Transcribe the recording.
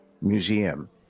museum